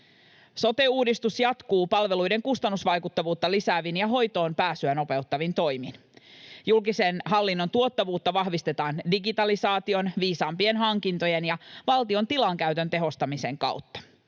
Sote-uudistus jatkuu palveluiden kustannusvaikuttavuutta lisäävin ja hoitoonpääsyä nopeuttavin toimin. Julkisen hallinnon tuottavuutta vahvistetaan digitalisaation, viisaampien hankintojen ja valtion tilankäytön tehostamisen kautta.